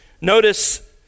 Notice